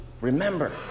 Remember